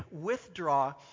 withdraw